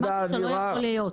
משהו שלא יכול להיות.